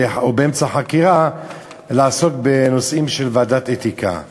באמצע חקירה יעסוק בנושאים של ועדת אתיקה.